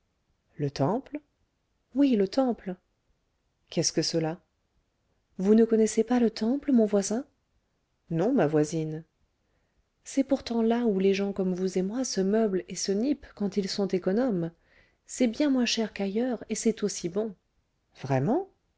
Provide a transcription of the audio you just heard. le temple oui le temple qu'est-ce que cela vous ne connaissez pas le temple mon voisin non ma voisine c'est pourtant là où les gens comme vous et moi se meublent et se nippent quand ils sont économes c'est bien moins cher qu'ailleurs et c'est aussi bon vraiment